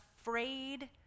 afraid